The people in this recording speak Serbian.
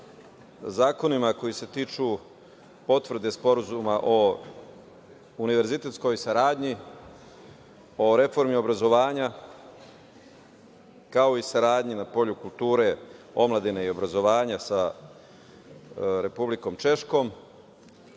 zakonima koji se tiču potvrde sporazuma o univerzitetskoj saradnji, o reformi obrazovanja, kao i saradnji na polju kulture, omladine i obrazovanja sa Republikom Češkom,